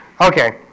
Okay